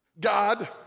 God